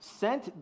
sent